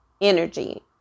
energy